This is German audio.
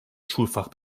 schulfach